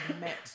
met